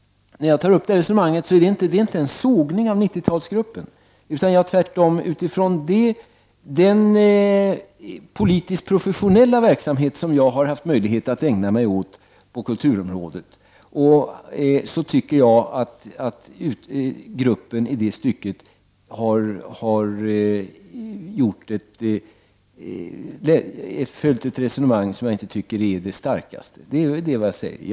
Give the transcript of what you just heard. När jag tar upp detta resonemang är det inte fråga om en sågning av 90 talsgruppen. Med utgångspunkt i den politiskt professionella verksamhet som jag har haft möjlighet att ägna mig åt på kulturområdet anser jag att gruppen i det stycket har följt ett resonemang som inte är det starkaste.